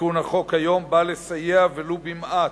תיקון החוק היום בא לסייע, ולו במעט,